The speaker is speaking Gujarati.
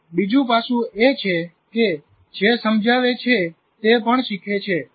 બીજું પાસું એ છે કે જે સમજાવે છે તે પણ શીખે છે